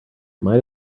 might